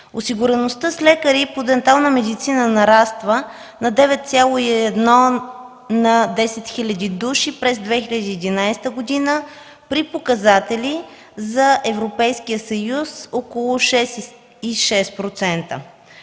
Осигуреността с лекари по дентална медицина нараства на 9,1 на 10 хиляди души през 2011 г. при показатели за Европейския съюз около 6,6%.